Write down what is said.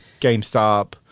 GameStop